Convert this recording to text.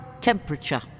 temperature